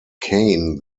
kane